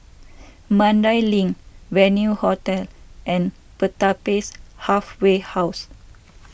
Mandai Link Venue Hotel and Pertapis Halfway House